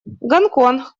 гонконг